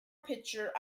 picture